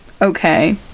okay